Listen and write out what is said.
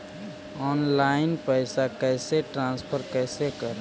Online पैसा कैसे transfer कैसे कर?